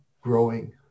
growing